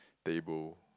table